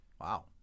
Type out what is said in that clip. Wow